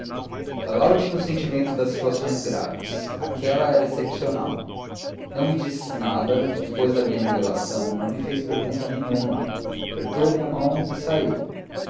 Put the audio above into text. a tempo lalau tinha o sentimento das situações graves aquela era excepcional não me disse nada depois da minha revelação não me faz pergunta nenhuma apertou-me a mão e saiu